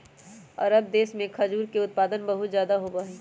अरब देश में खजूर के उत्पादन बहुत ज्यादा होबा हई